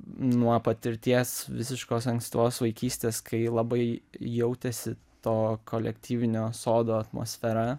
nuo patirties visiškos ankstyvos vaikystės kai labai jautėsi to kolektyvinio sodo atmosfera